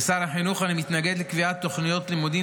כשר החינוך אני מתנגד לקביעת תוכניות לימודים